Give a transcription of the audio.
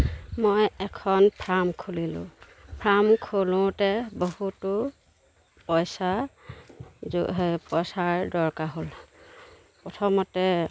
মই এখন ফাৰ্ম খুলিলোঁ ফাৰ্ম খুলোঁতে বহুতো পইছা পইছাৰ দৰকাৰ হ'ল প্ৰথমতে